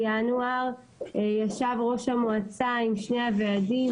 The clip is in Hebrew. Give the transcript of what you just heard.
ישב ראש המועצה עם שני הוועדים,